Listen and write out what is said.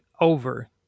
over